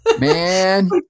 Man